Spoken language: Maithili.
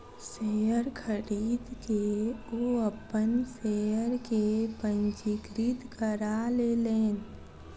शेयर खरीद के ओ अपन शेयर के पंजीकृत करा लेलैन